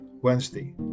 Wednesday